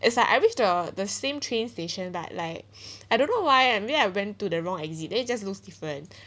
is like I reached the the same train station like like I don't know why I maybe I went to the wrong exit then it just looks different